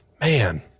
man